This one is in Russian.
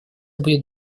будет